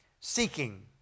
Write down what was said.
seeking